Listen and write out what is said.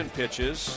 pitches